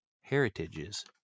heritages